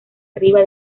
arriba